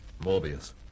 Morbius